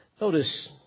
Notice